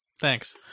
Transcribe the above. Thanks